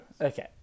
Okay